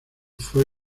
fue